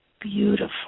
beautiful